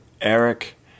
Eric